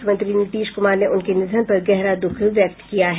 मुख्यमंत्री नीतीश कुमार ने उनके निधन पर गहरा द्ःख व्यक्त किया है